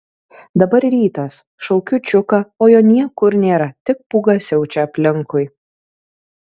dabar rytas šaukiu čiuką o jo niekur nėra tik pūga siaučia aplinkui